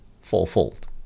fourfold